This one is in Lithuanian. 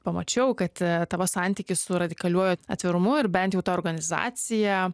pamačiau kad tavo santykis su radikaliuoju atvirumu ir bent jau ta organizacija